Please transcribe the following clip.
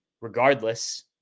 regardless